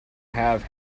have